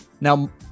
Now